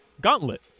Gauntlet